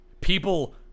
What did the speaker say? people